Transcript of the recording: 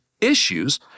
issues